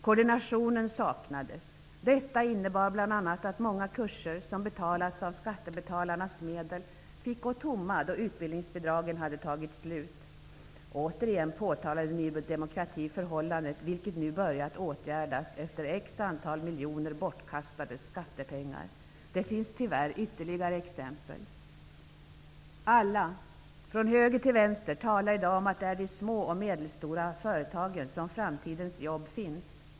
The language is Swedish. Det har saknats koordination. Det har inneburit bl.a. att många kurser som betalats med skattebetalarnas medel varit tomma, eftersom utbildningsbidragen har tagit slut. Återigen var det Ny demokrati som påtalade förhållandet, vilket nu efter X antal miljoner i bortkastade skattepengar börjat åtgärdas. Det finns tyvärr ytterligare exempel. Alla, från höger till vänster, talar i dag om att det är i de små och medelstora företagen som framtidens jobb finns.